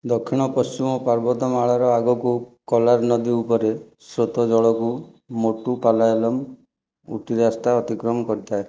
ଦକ୍ଷିଣ ପଶ୍ଚିମ ପାର୍ବତମାଳାର ଆଗକୁ କଲାର ନଦୀର ଉପରେ ସ୍ରୋତ ଜଳକୁ ମୋଟ୍ଟୁ ପାଲାୟାଲମ୍ ଉଟ୍ଟି ରାସ୍ତା ଅତିକ୍ରମ କରିଥାଏ